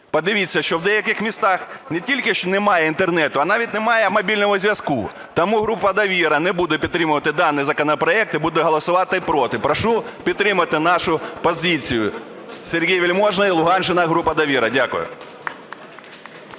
подивитися, що в деяких містах не тільки немає Інтернету, а навіть немає мобільного зв'язку. Тому група "Довіра" не буде підтримувати даний законопроект і буде голосувати проти. Прошу підтримати нашу позицію. Сергій Вельможний, Луганщина, група "Довіра". Дякую.